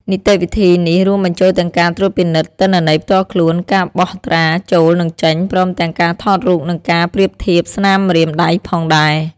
នីតិវិធីនេះរួមបញ្ចូលទាំងការត្រួតពិនិត្យទិន្នន័យផ្ទាល់ខ្លួន ការបោះត្រាចូលនិងចេញព្រមទាំងការថតរូបនិងការប្រៀបធៀបស្នាមម្រាមដៃផងដែរ។